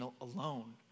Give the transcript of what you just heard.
alone